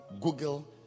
Google